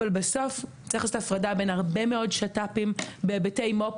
אבל בסוף צריך לעשות את ההפרדה בין הרבה מאוד שת"פים בהיבטי מו"פ